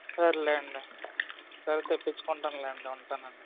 సర్లే అండి సరే తెప్పించుకుంటానులెండి ఉంటానండి